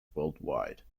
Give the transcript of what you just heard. worldwide